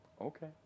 Okay